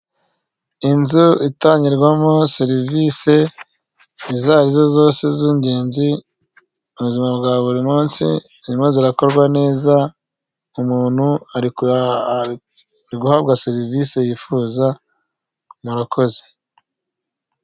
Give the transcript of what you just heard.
Inzu itangirwamo serivisi izarizo zose z'ingenzi mu buzima bwa buri munsi, zirimo zirakorwa neza, umuntu ari guhabwa serivisi yifuza murakozi.